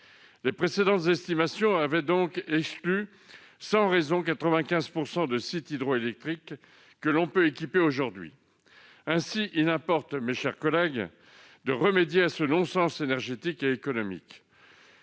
Les précédentes estimations avaient exclu sans raison 95 % de sites hydroélectriques que l'on peut équiper aujourd'hui. Il importe, mes chers collègues, de remédier à ce non-sens énergétique et économique,